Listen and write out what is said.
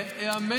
האמן לי,